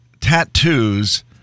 tattoos